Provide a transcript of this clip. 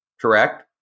correct